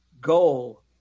goal